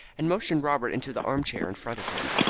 and motioned robert into the armchair in front of him.